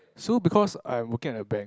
so because I'm working at the bank